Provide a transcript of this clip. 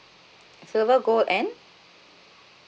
silver gold